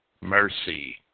mercy